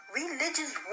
religious